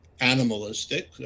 animalistic